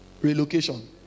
relocation